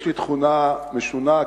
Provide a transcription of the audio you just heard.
יש לי תכונה משונה,